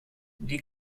die